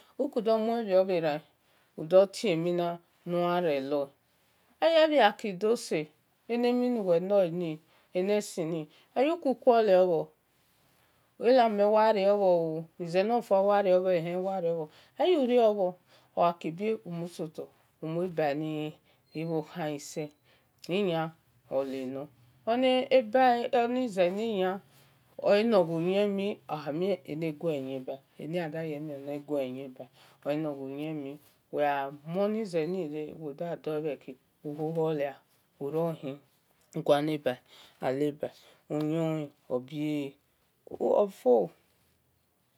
Uki do muabhi udo tiemina nuarelo eyebhi ghaki dose onemhi nuwe loe ni ene sini uku kuole bho elamhen ughariobhor solefua welriobha when wel ariobhor urio bhor ogha ki bie umusoto umui bar ni imhokan nei sel inaole nor oni ona eba oni zeni nia olorghu ijemi ami onegue yieba ayemie negie ba enoghu yemi wel gha muo nizeni bheran uguale aleba uhun ubiee ofo